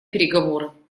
переговоры